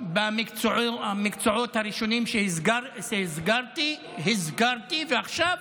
במקצועות הראשונים שהסדרתי, ועכשיו